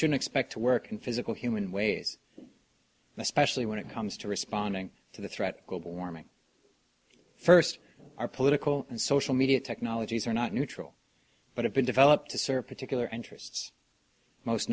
should expect to work in physical human ways especially when it comes to responding to the threat global warming first are political and social media technologies are not neutral but have been developed to serve particular interests most